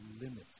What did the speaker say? limits